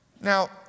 Now